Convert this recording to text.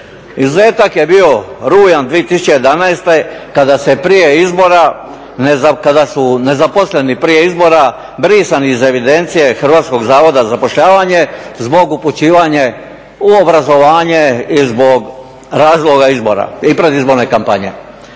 se prije izbora, kada su nezaposleni prije izbora brisani iz evidencije Hrvatskog zavoda za zapošljavanje zbog upućivanja u obrazovanje i zbog razloga izbora i predizborne kampanje.